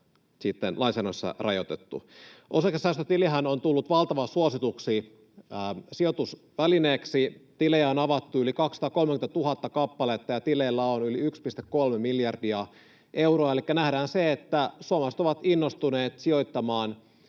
lainsäädännössä rajoitettu. Osakesäästötilihän on tullut valtavan suosituksi sijoitusvälineeksi. Tilejä on avattu yli 230 000 kappaletta, ja tileillä on yli 1,3 miljardia euroa. Elikkä nähdään se, että suomalaiset ovat innostuneet sijoittamaan